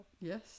Yes